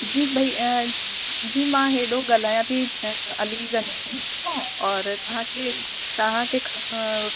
जी भई जी मां हेॾो ॻाल्हायां थी अलीगंज हितां और तव्हांखे तव्हांखे ख